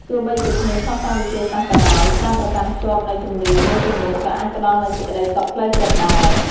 ទោះបីជាគ្មានភស្តុតាងវិទ្យាសាស្ត្រក៏ដោយ ការប្រកាន់ខ្ជាប់នូវជំនឿមួយចំនួនក៏អាចផ្តល់នូវសេចក្តីសុខផ្លូវចិត្តដែរ ។